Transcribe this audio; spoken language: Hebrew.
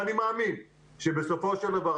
ואני מאמין שבסופו של דבר,